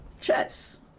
chess